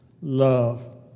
love